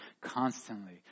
constantly